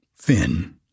Finn